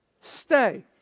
stay